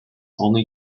only